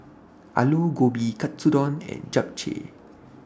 Alu Gobi Katsudon and Japchae